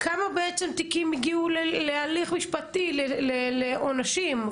כמה תיקים בעצם הגיעו להליך משפטי, לעונשים?